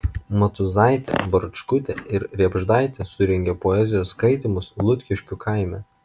matuizaitė barčkutė ir riebždaitė surengė poezijos skaitymus liutkiškių kaime